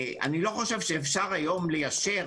אני לא חושב שאפשר היום ליישר,